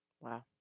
Wow